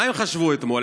מה הם חשבו אתמול?